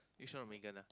you sure not Megan ah